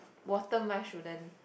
water mask shouldn't